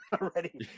already